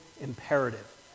imperative